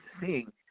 seeing